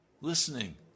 listening